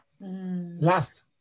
Last